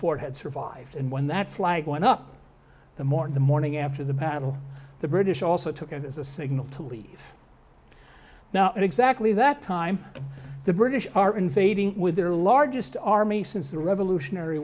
fort had survived and when that flag went up the more in the morning after the battle the british also took it as a signal to leave now in exactly that time the british are invading with their largest army since the revolutionary